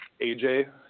AJ